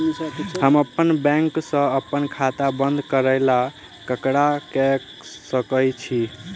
हम अप्पन बैंक सऽ अप्पन खाता बंद करै ला ककरा केह सकाई छी?